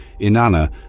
Inanna